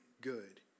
good